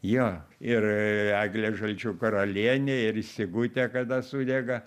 jo ir eglė žalčių karalienė ir sigutė kada sudega